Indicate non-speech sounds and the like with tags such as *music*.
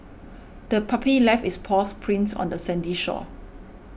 the puppy left its paw *unintelligible* prints on the sandy shore